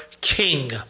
king